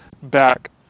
back